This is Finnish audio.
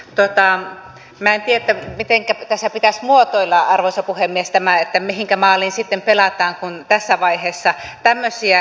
minä en tiedä mitenkä tässä pitäisi muotoilla arvoisa puhemies tämä mihinkä maaliin sitten pelataan kun tässä vaiheessa tämmöisiä väitetään